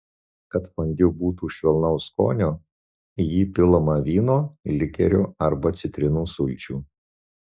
kad fondiu būtų švelnaus skonio į jį pilama vyno likerio arba citrinų sulčių